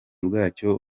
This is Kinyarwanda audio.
bwacyo